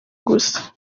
gusa